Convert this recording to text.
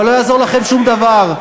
אבל לא יעזור לכם שום דבר,